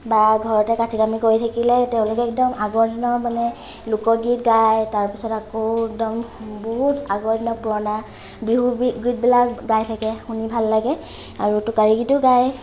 বা ঘৰতে কাঠি কামি কৰি থাকিলে তেওঁলোকে একদম আগৰ দিনৰ মানে লোকগীত গায় তাৰ পিছত আকৌ একদম বহুত আগৰ দিনৰ পুৰণা বিহু বীত গীতবিলাক গাই থাকে শুনি ভাল লাগে আৰু টোকাৰি গীতো গায়